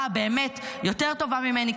באמת יותר טובה ממני,